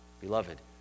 Beloved